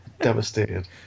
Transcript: devastated